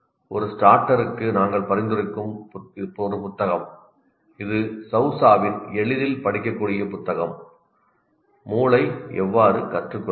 ஒரு ஸ்டார்ட்டருக்கு நாங்கள் பரிந்துரைக்கும் ஒரு புத்தகம் இது சௌசா வின் எளிதில் படிக்கக்கூடிய புத்தகம் "மூளை எவ்வாறு கற்றுக்கொள்கிறது